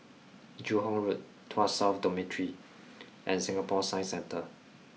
Joo Hong Road Tuas South Dormitory and Singapore Science Centre